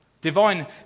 Divine